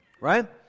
right